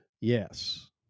Yes